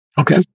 Okay